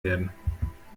werden